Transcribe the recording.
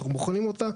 אנחנו בוחנים אותה,